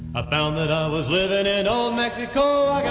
ah found that i was living in and old mexico.